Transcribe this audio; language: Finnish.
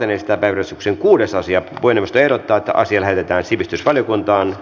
puhemiesneuvosto ehdottaa että asia lähetetään sivistysvaliokuntaan